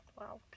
Wow